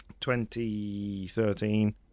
2013